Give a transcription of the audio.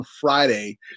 Friday